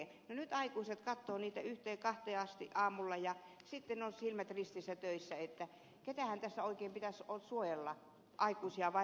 no nyt aikuiset katsovat niitä yhteen kahteen asti aamulla ja sitten ovat silmät ristissä töissä joten ketähän tässä oikein pitäisi suojella aikuisia vai lapsia